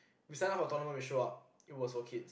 we sign up for tournament we show up it was for kids